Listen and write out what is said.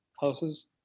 houses